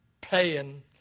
paying